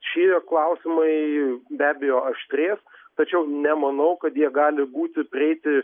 šie klausimai be abejo aštrės tačiau nemanau kad jie gali būti prieiti